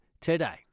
today